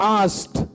asked